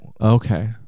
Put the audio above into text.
Okay